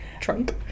trunk